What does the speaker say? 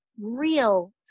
real